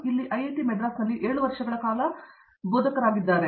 ಪ್ರತಾಪ್ ಹರಿಡೋಸ್ ಮೊದಲು ಅವರು ಮುಂಬೈಯಲ್ಲಿ ಸುಮಾರು 8 ವರ್ಷಗಳ ಕಾಲ ಬೋಧಕರಾಗಿದ್ದರು